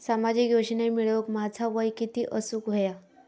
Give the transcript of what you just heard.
सामाजिक योजना मिळवूक माझा वय किती असूक व्हया?